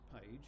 page